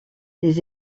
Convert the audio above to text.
les